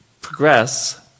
progress